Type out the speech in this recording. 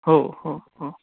हो हो हो